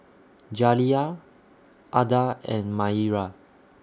Jaliyah Adda and Maira